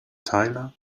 tyler